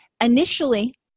initially